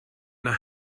know